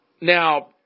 Now